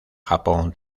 japón